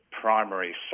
primary